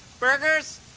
burgers?